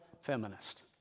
Feminist